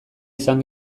izan